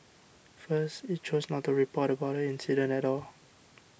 first it chose not to report about the incident at all